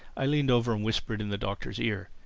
i leaned over and whispered in the doctor's ear,